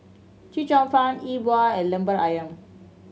Chee Cheong Fun E Bua and Lemper Ayam